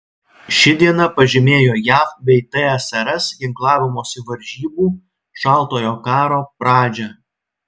ši diena pažymėjo jav bei tsrs ginklavimosi varžybų šaltojo karo pradžią